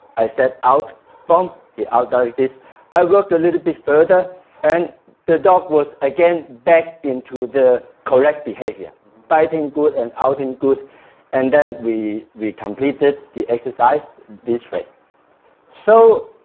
i said out um he out out like this i worked a little bit further and the dog was again back into the correct behavior biting good and outing good and then we we completed the exercise this way so